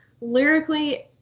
lyrically